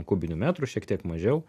kubinių metrų šiek tiek mažiau